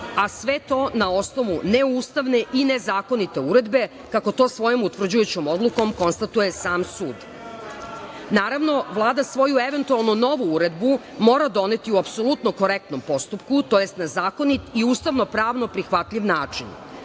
a sve to na osnovu neustavne i nezakonite uredbe, kako to svojom utvrđujućom odlukom konstatuje sam sud. Naravno, Vlada svoju eventualno novu uredbu mora doneti u apsolutno korektnom postupku, tj. na zakonit i ustavno pravno prihvatljiv način.